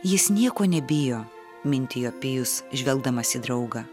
jis nieko nebijo mintijo pijus žvelgdamas į draugą